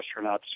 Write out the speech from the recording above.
astronauts